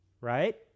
right